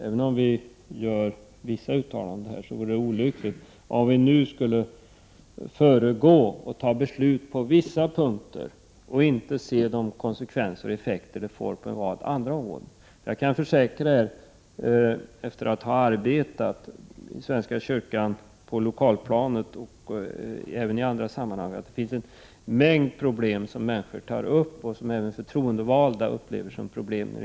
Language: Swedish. Även om vi gör vissa uttalanden här, vore det olyckligt om vi nu skulle föregripa beredningen och fatta beslut på vissa punkter utan att se de konsekvenser och effekter det skulle få på en rad områden. Efter att ha arbetat i svenska kyrkan på lokalplanet och även i andra sammanhang kan jag försäkra att det finns en mängd problem som människor tar upp och som även förtroendevalda uppfattar som svåra att lösa.